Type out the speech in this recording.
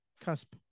Cusp